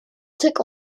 took